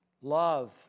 love